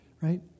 right